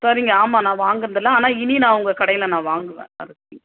சரிங்க ஆமாம் நான் வாங்கினது இல்லை ஆனால் இனி நான் உங்கள் கடையில் நான் வாங்குவேன் அரிசி